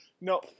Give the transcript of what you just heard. No